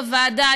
בוועדה,